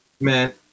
man